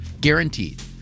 Guaranteed